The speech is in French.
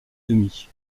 demi